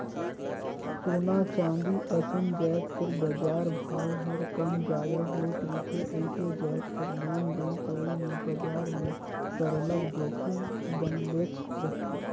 सोना, चांदी असन जाएत कर बजार भाव हर कम जादा होत रिथे अइसने जाएत कर लेन देन करई में बजार में सरलग जोखिम बनलेच रहथे